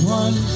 one